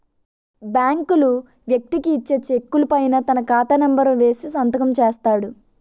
బ్యాంకులు వ్యక్తికి ఇచ్చే చెక్కుల పైన తన ఖాతా నెంబర్ వేసి సంతకం చేస్తాడు